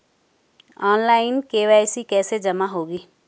Online KYC कैसे जमा होगी?